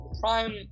prime